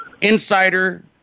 insider